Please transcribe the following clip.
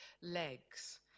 legs